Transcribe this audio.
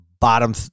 bottom